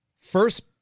first